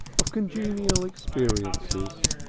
of congenial experiences,